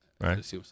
right